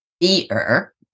beer